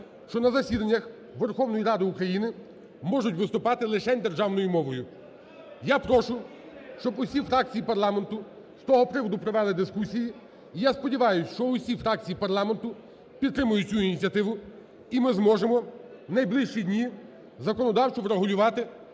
що на засіданнях Верховної Ради України можуть виступати лишень державною мовою. (Шум у залі) Я прошу, щоб усі фракції парламенту з цього приводу провели дискусії. І я сподіваюсь, що усі фракції парламенту підтримають цю ініціативу, і ми зможемо в найближчі дні законодавчо врегулювати